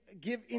give